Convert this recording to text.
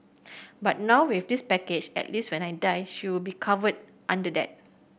but now with this package at least when I die she will be covered under that